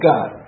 God